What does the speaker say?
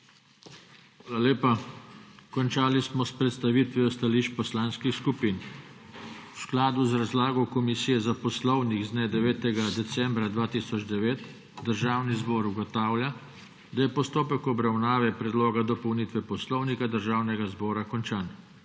Hvala lepa. Končali smo s predstavitvijo stališč poslanskih skupin. V skladu z razlago Komisije za poslovnik z dne 9. decembra 2009 Državni zbor ugotavlja, da je postopek obravnave Predloga dopolnitve Poslovnika Državnega zbora končan.